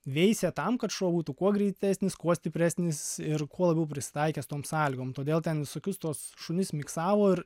veisia tam kad šuo būtų kuo greitesnis kuo stipresnis ir kuo labiau prisitaikęs tom sąlygom todėl ten visokius tuos šunis miksavo ir